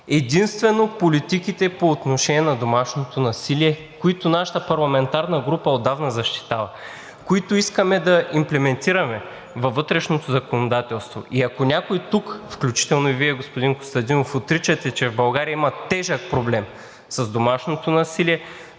единствено политиките по отношение на домашното насилие, които нашата парламентарна група отдавна защитава, които искаме да имплементираме във вътрешното законодателство. И ако някой тук, включително и Вие, господин Костадинов, отричате, че в България има тежък проблем с домашното насилие,